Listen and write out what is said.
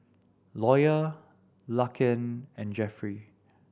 Lawyer Laken and Jeffrey